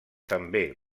també